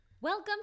Welcome